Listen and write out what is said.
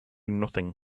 nothing